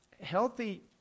Healthy